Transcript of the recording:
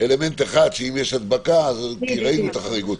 אלמנט אחד, שאם יש הדבקה, כי ראינו את החריגות.